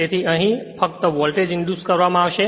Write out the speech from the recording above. તેથી અહીં અને અહીં ફક્ત વોલ્ટેજ ઇંડ્યુસ કરવામાં આવશે